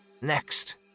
Next